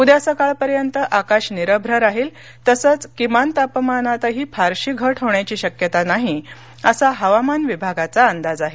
उद्या सकाळपर्यंतआकाश निरभ्र राहील तसच किमान तापमानातही फारशी घट होण्याची शक्यता नाही असा हवामान विभागाचा अंदाज आहे